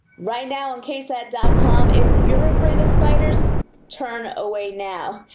right now on ksat dot com if you're afraid of spiders turn away now,